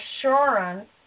assurance